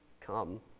come